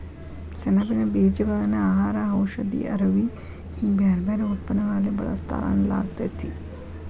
ಸೆಣಬಿನ ಬೇಜಗಳನ್ನ ಆಹಾರ, ಔಷಧಿ, ಅರವಿ ಹಿಂಗ ಬ್ಯಾರ್ಬ್ಯಾರೇ ಉತ್ಪನ್ನಗಳಲ್ಲಿ ಬಳಸ್ತಾರ ಅನ್ನಲಾಗ್ತೇತಿ